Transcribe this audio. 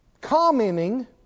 Commenting